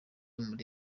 muri